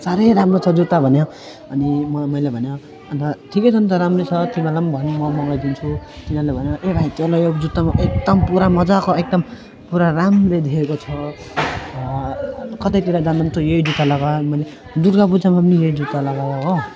साह्रै राम्रो छ जुत्ता भन्यो अनि म मैले भन्यो अन्त ठिकै छ नि त राम्रो छ तिमीहरूलाई पनि भन् म मगाइदिन्छु तिनीहरूले भन्यो ए भाइ तँलाई यो जुत्तामा एकदम पुरा मजाको एकदम पुरा राम्रे देखेको छ कतैतिर जाँदा पनि तँ यही जुत्ता लगा मैले दुर्गापूजामा पनि मैले यही जुत्ता लगाएँ हो